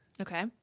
Okay